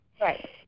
Right